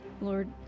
Lord